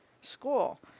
school